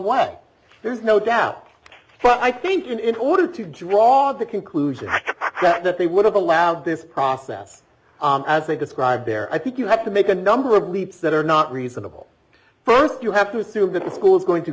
way there's no doubt but i think in order to draw the conclusion that they would have allowed this process as they described there i think you have to make a number of leaps that are not reasonable first you have to assume that the school is going to